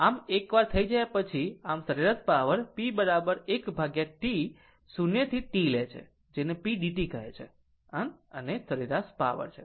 આમ એકવાર થઈ જાય પછી આમ સરેરાશ પાવર p 1 T 0 થી T લે છે જેને p dt કહે છે સરેરાશ પાવર છે